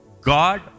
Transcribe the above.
God